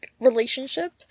relationship